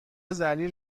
ذلیل